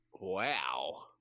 Wow